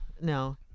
no